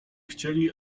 chcieli